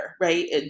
right